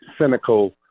Cynical